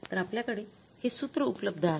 तर आपल्याकडे हे सूत्र उपलब्ध आहे